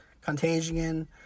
Contagion